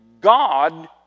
God